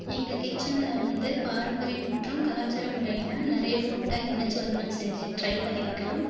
எங்கள் கிச்சனில் வந்து பாரம்பரியம் மற்றும் கலாச்சார முறையில் நிறையா ஃபுட்ட இணச்சி வந்து நாங்கள் செஞ்சு நான் ட்ரை பண்ணிருக்கேன்